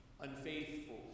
unfaithful